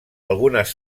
algunes